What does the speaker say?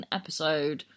episode